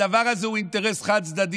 הדבר הזה הוא אינטרס חד-צדדי.